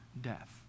death